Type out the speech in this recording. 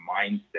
mindset